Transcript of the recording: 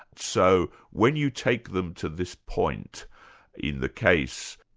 so when you take them to this point in the case,